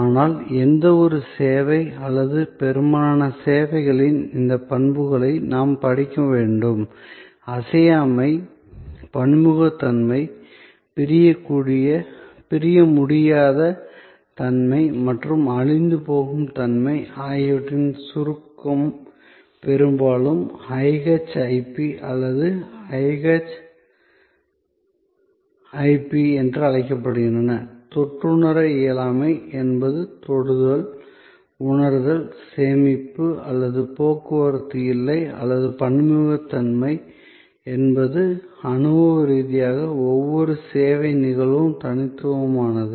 ஆனால் எந்தவொரு சேவை அல்லது பெரும்பாலான சேவைகளின் இந்த பண்புகளை நாம் படிக்க வேண்டும் அசையாமை பன்முகத்தன்மை பிரிக்க முடியாத தன்மை மற்றும் அழிந்துபோகும் தன்மை ஆகியவற்றின் சுருக்கம் பெரும்பாலும் IHIP அல்லது IHIP என்று அழைக்கப்படுகின்றன தொட்டுணர இயலாமை என்பது தொடுதல் உணர்தல் சேமிப்பு அல்லது போக்குவரத்து இல்லை மற்றும் பன்முகத்தன்மை என்பது அனுபவ ரீதியாக ஒவ்வொரு சேவை நிகழ்வும் தனித்துவமானது